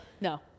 no